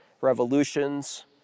revolutions